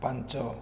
ପାଞ୍ଚ